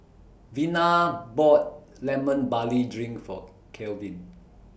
Vina bought Lemon Barley Drink For Kevin